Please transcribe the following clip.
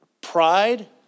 pride